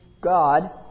God